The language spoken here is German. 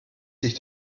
sich